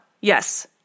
yes